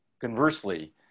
conversely